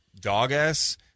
dog-ass